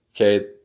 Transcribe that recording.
okay